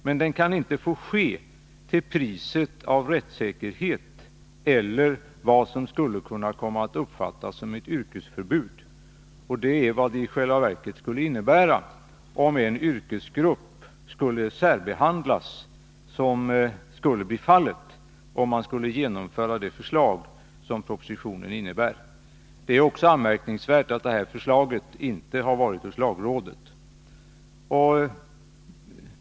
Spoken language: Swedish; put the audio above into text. Men den kan inte få åstadkommas till priset av rättssäkerhet eller vad som skulle kunna uppfattas som ett yrkesförbud — och det skulle i själva verket bli resultatet om en yrkesgrupp skulle särbehandlas på det sätt som propositionen föreslår. Det är också anmärkningsvärt att detta förslag inte har remitterats till lagrådet.